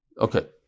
okay